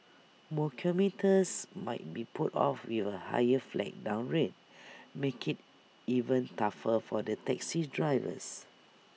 more commuters might be put off with A higher flag down rate making IT even tougher for the taxi drivers